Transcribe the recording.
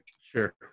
Sure